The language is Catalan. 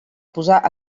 posar